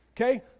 okay